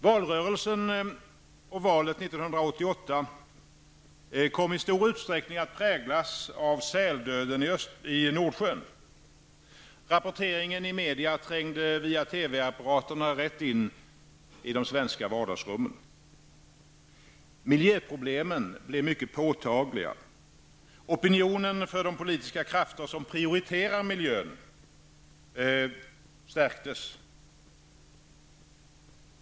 Valrörelsen och valet 1988 kom i stor utsträckning att präglas av säldöden i Nordsjön. Rapporteringen i media trängde via TV-apparaterna rätt in i svenska vardagsrum. Miljöproblemen blev mycket påtagliga. Opinionen för de politiska krafter som prioriterar miljön stärktes.